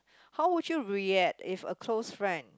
how would you react if a close friend